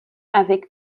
avec